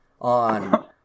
on